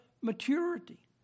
maturity